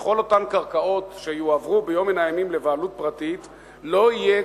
בכל אותן קרקעות שיועברו ביום מן הימים לבעלות פרטית לא יהיה